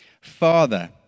Father